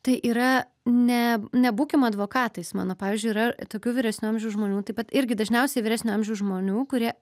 tai yra ne nebūkim advokatais mano pavyzdžiui yra tokių vyresnio amžiaus žmonių taip pat irgi dažniausiai vyresnio amžiaus žmonių kurie